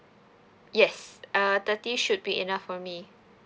yes err thirty should be enough for me